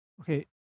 Okay